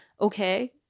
okay